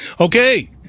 okay